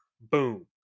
Boom